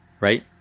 Right